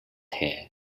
here